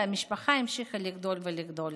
והמשפחה המשיכה לגדול ולגדול.